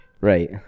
right